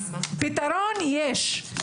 אז פתרון יש.